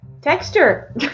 texture